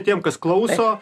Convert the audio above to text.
tiem kas klauso